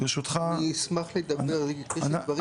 אני אשמח לדבר, יש לי דברים כואבים.